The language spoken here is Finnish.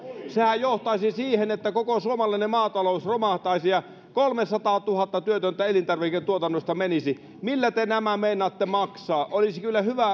sehän johtaisi siihen että koko suomalainen maatalous romahtaisi ja kolmesataatuhatta työpaikkaa elintarviketuotannosta menisi millä te nämä meinaatte maksaa